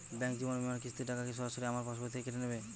Bank জীবন বিমার কিস্তির টাকা কি সরাসরি আমার পাশ বই থেকে কেটে নিবে?